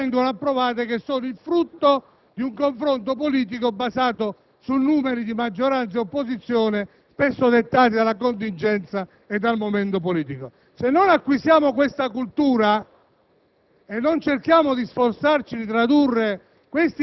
la violazione di quei precetti a leggi approvate che sono il frutto di un confronto politico basato su numeri di maggioranza e opposizione spesso dettate dalla contingenza e dal momento politico. Se non acquisiamo tale cultura